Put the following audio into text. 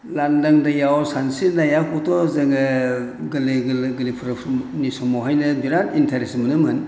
लांदां दैयाव सानस्रिनायखौथ' जोङो गोरलै गोरलै समावहायनो बिराद इन्टारेस्ट मोनोमोन